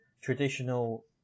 traditional